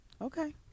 Okay